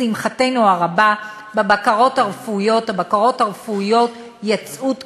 לשמחתנו הרבה, הבקרות הרפואיות יצאו תקינות.